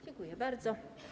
Dziękuję bardzo.